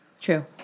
True